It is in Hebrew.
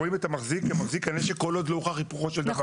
רואים את המחזיק כמחזיק הנשק כל עוד לא הוכח היפוכו של דבר.